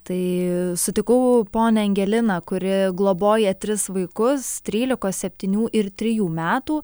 tai sutikau ponią angeliną kuri globoja tris vaikus trylikos septynių ir trijų metų